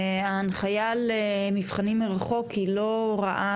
ההנחיה למבחנים מרחוק היא לא רעה,